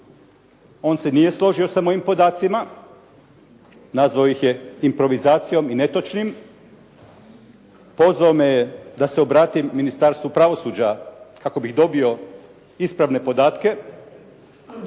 On se nije složio sa mojim podacima, nazvao ih je improvizacijom i netočnim, pozvao me je da se obratim Ministarstvu pravosuđa kako bih dobio ispravne podatke.